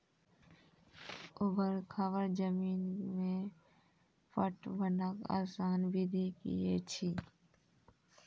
ऊवर खाबड़ जमीन मे पटवनक आसान विधि की ऐछि?